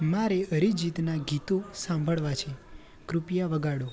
મારે અરીજીતના ગીતો સાંભળવા છે કૃપયા વગાડો